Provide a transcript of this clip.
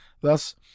Thus